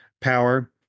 power